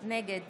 נגד